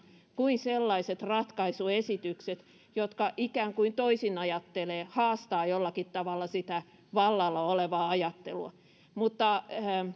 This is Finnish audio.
kuin sellaiset ratkaisuesitykset jotka ikään kuin toisinajattelevat haastavat jollakin tavalla sitä vallalla olevaa ajattelua